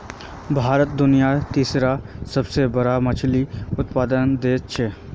भारत दुनियार तीसरा सबसे बड़ा मछली उत्पादक देश छे